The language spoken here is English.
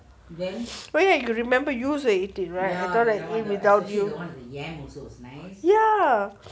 wait I remember use eighteen right directly without you ya